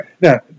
Now